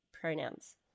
pronouns